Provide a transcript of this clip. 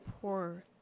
poor